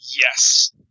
Yes